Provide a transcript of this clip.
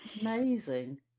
amazing